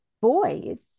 boys